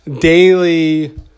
daily